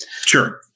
Sure